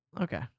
Okay